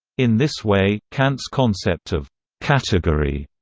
in this way, kant's concept of category,